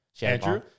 Andrew